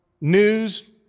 news